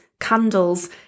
candles